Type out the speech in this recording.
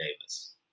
Davis